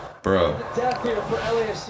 Bro